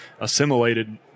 assimilated